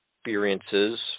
experiences